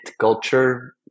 culture